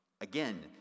again